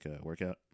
Workout